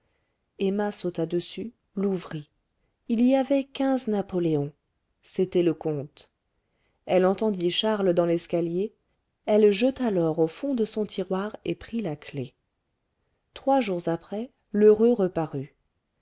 emma sauta dessus l'ouvrit il y avait quinze napoléons c'était le compte elle entendit charles dans l'escalier elle jeta l'or au fond de son tiroir et prit la clef trois jours après lheureux reparut